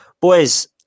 Boys